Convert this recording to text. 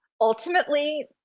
Ultimately